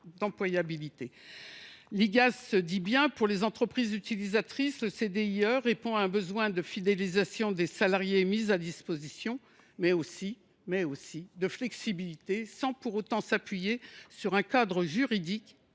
Selon l’Igas, « pour les entreprises utilisatrices, le CDIE répond à un besoin de fidélisation des salariés mis à disposition, mais aussi de flexibilité, sans pour autant s’appuyer sur un cadre juridique